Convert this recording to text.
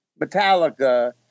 Metallica